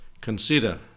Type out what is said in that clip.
consider